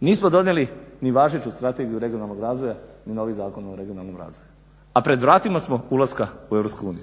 nismo donijeli ni važeću strategiju regionalnog razvoja ni novi zakon o regionalnom razvoju, a pred vratima smo ulaska u